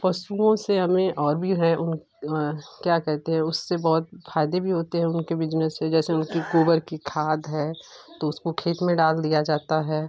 पशुओं से हमें और भी हैं क्या कहते हैं उससे बहुत फायदे भी होते हैं उनके बिज़नेस से जैसे उनकी गोबर की खाद है तो उसको खेत में डाल दिया जाता है